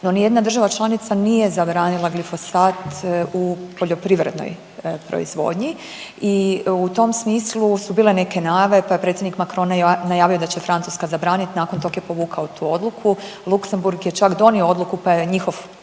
No ni jedna država članica nije zabranila glifosat u poljoprivrednoj proizvodnji i u tom smislu su bile neke najave pa je predsjednik Macron najavio da će Francuska zabraniti. Nakon tog je povukao tu odluku. Luxembourg je čak donio odluku, pa je njihov sud